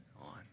on